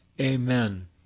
Amen